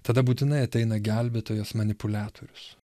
tada būtinai ateina gelbėtojas manipuliatorius